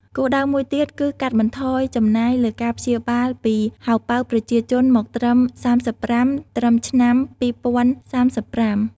គោលដៅមួយទៀតគឺកាត់បន្ថយចំណាយលើការព្យាបាលពីហោប៉ៅប្រជាជនមកត្រឹម៣៥% ត្រឹមឆ្នាំ២០៣៥។